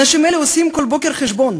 אנשים אלה עושים בכל בוקר חשבון: